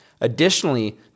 Additionally